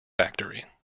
factory